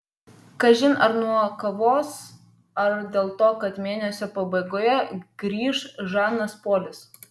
kažin ar nuo kavos ar dėl to kad mėnesio pabaigoje grįš žanas polis